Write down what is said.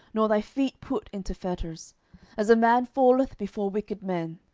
nor thy feet put into fetters as a man falleth before wicked men,